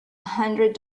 hundred